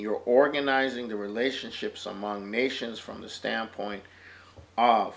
you're organizing the relationships among nations from the standpoint